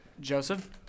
Joseph